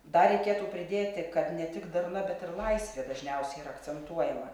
dar reikėtų pridėti kad ne tik darna bet ir laisvė dažniausiai yra akcentuojama